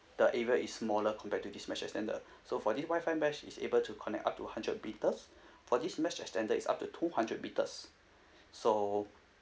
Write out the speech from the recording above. the area is smaller compared to this mesh extender so for this WI-FI mesh is able to connect up to hundred meters for this mesh extender is up to two hundred meters so